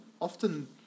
often